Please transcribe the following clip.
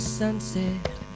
sunset